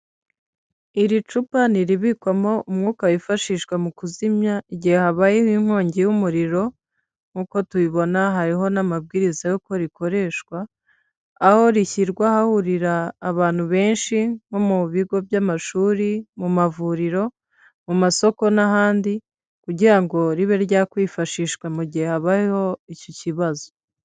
Iri cupa ni iribikwamo umwuka wifashishwa mu kuzimya igihe habaye inkongi y'umuriro nkuko tubibona hariho n'amabwiriza y'uko rikoreshwa aho rishyirwa hahurira abantu benshi nko mu bigo by'amashuri, mu mavuriro, mu masoko n'ahandi kugira ngo ribe ryakwifashishwa mu gihe habayeho icyo kibazo.